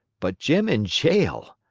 but jim in jail!